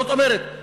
זאת אומרת,